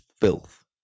filth